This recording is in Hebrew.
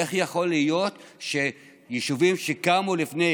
איך יכול להיות שיישובים שקמו לפני